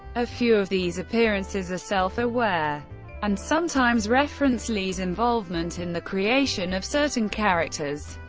a few of these appearances are self-aware and sometimes reference lee's involvement in the creation of certain characters.